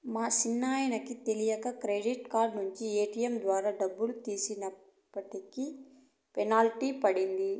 మా సిన్నాయనకి తెలీక క్రెడిట్ కార్డు నించి ఏటియం ద్వారా డబ్బులు తీసేటప్పటికి పెనల్టీ పడ్డాది